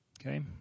okay